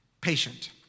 patient